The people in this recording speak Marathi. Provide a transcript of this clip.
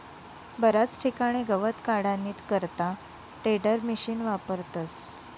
बराच ठिकाणे गवत काढानी करता टेडरमिशिन वापरतस